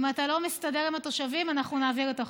אם אתה לא מסתדר עם התושבים, אנחנו נעביר את החוק.